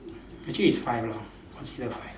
actually it's five lah consider five